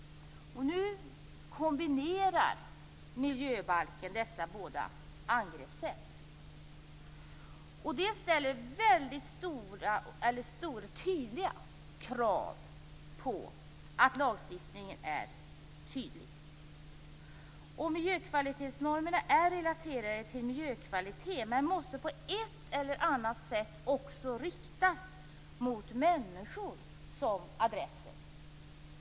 Nu kombinerar miljöbalken dessa båda angreppssätt. Det ställer väldigt stora krav på att lagstiftningen är tydlig. Miljökvalitetsnormerna är relaterade till miljökvalitet men måste på ett eller annat sätt också riktas mot människor som adressat.